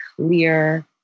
clear